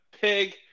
pig